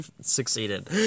succeeded